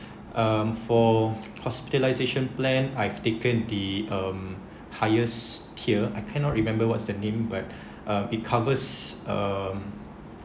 um for hospitalisation plan I've taken the um highest tier I cannot remember what's the name but uh it covers um